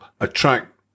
attract